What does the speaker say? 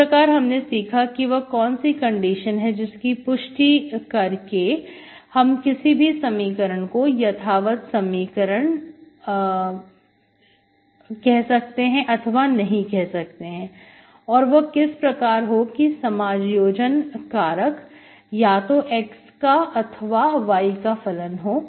इस प्रकार हमने सीखा कि वह कौन सी कंडीशन है जिसकी पुष्टि करके हम किसी समीकरण को यथावत समीकरण अथवा नहीं कह सकते हैं और वह इस प्रकार हो कि समायोजन कारक या तो x का अथवा y का फलन हो